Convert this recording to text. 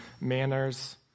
manners